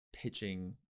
Pitching